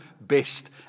best